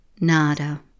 Nada